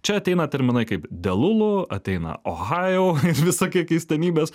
čia ateina terminai kaip delulu ateina ohaijou ir visokie keistenybės